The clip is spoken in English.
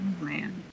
man